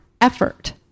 effort